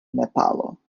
nepalo